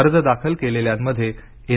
अर्ज दाखल केलेल्यांमध्ये एन